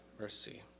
mercy